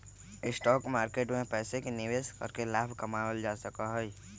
stock market में पैसे के निवेश करके लाभ कमावल जा सका हई